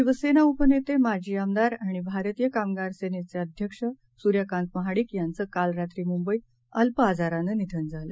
शिवसेनाउपनेते माजीआमदारआणिभारतीयकामगारसेनेचेअध्यक्षसुर्यकांतमहाडिकयांचंकालरात्रीमुंबईतअल्पआजारानंनिधनझालं